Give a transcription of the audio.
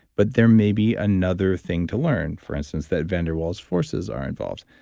but there may be another thing to learn. for instance, that van der waals forces are involved.